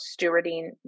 stewarding